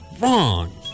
Wrong